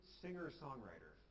singer-songwriter